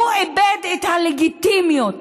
הוא איבד את הלגיטימיות